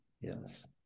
Yes